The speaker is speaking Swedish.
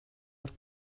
att